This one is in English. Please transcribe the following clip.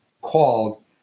called